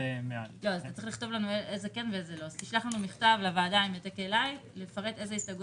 אז שישלח לוועדה איזשהו